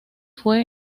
fue